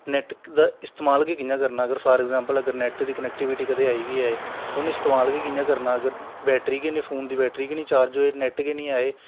net दा इस्तेमाल गै कि'यां करना अगर फॉर अग़्ज़ैंपल कदैं नैट्ट दा कनैक्टिविटी है बी ऐ जां ते उ'नें इस्तेमाल गै कि'यां करना अगर बैट्री गै निं फोन दी बैट्री गे निं चार्ज होऐ नैट्ट गै निं आए